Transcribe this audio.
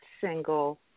single